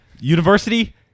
University